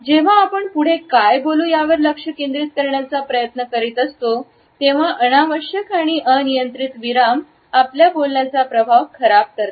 जेव्हा आपण पुढे काय बोलू यावर लक्ष केंद्रित करण्याचा प्रयत्न करीत असतो तेव्हा अनावश्यक आणि अनियंत्रित विराम आपल्या बोलण्याचा प्रभाव खराब करतात